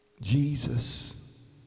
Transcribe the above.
Jesus